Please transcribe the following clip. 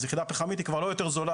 אז היחידה הפחמית היא כבר לא יותר זולה,